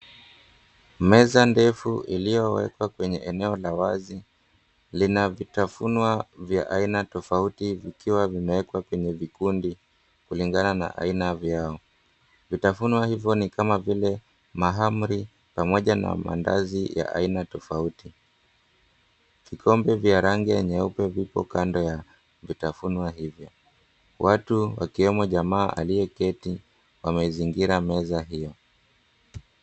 Meza ndefu iliyowekwa kwenye eneo la wazi lina vina vitafunwa vya aina tofauti vikiwa vimewekwa kwenye vikundi kulingana na aina vyao. Vitafunwa hivyo ni kama vile mahamri pamoja na mandazi ya aina tofauti. Vikombe vya rangi ya nyeupe viko kando ya vitafunwa hivyo. Watu akiwemo jamaa aliyeketi wamezingira meza hiyo.